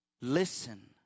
listen